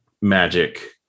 magic